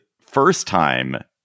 first-time